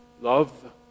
Love